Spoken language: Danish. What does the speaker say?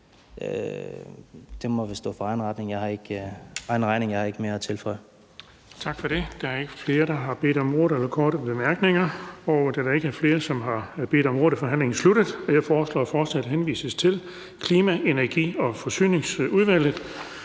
for spørgerens egen regning. Jeg har ikke mere at tilføje.